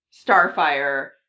Starfire